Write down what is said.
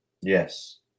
Yes